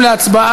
נעשה